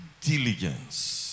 Diligence